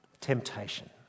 temptation